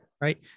Right